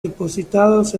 depositados